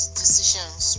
decisions